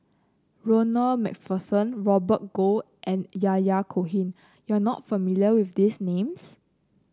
Ronald MacPherson Robert Goh and Yahya Cohen you are not familiar with these names